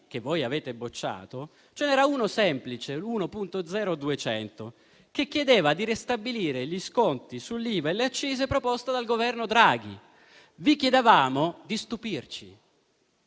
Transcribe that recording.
che voi avete bocciato ce n'era uno semplice (l'emendamento 1.0.200) che chiedeva di ristabilire gli sconti sull'IVA e le accise proposti dal Governo Draghi. Vi chiedevamo di stupirci,